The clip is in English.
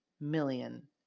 million